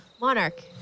monarch